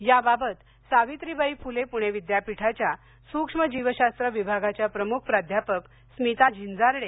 याबाबत सावित्रीबाई फुले पुणे विद्यापीठाच्या सूक्ष्म जीवशास्त्र विभागाच्या प्रमुख प्राध्यापक स्मिता झिंझार्डे